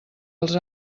els